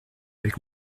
avec